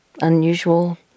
unusual